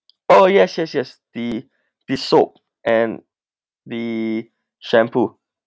oh yes yes yes the the soap and the shampoo